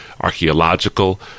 archaeological